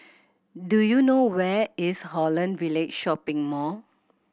do you know where is Holland Village Shopping Mall